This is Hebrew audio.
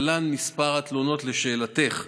להלן מספר התלונות, לשאלתך: